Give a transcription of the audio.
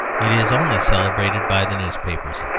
it is only celebrated by the newspapers.